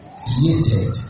created